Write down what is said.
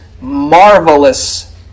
marvelous